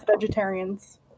vegetarians